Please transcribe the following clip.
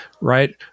right